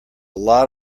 lot